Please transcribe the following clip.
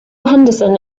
henderson